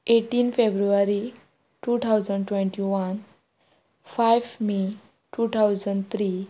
eighteen February two thousand twenty one five may two thousand three